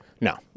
no